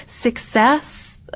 success